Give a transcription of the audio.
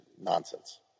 nonsense